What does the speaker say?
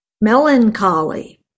melancholy